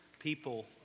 People